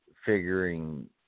Figuring